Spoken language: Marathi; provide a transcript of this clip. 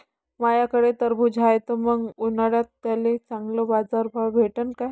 माह्याकडं टरबूज हाये त मंग उन्हाळ्यात त्याले चांगला बाजार भाव भेटन का?